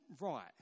right